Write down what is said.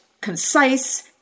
concise